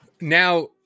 Now